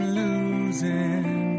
losing